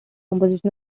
composition